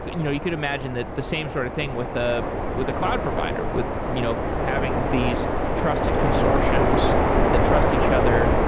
you know, you could imagine that the same sort of thing with ah with the cloud provider with you know, having these trusted consortiums that trust each other,